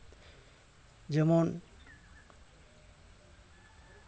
ᱡᱮᱢᱚᱱ